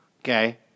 Okay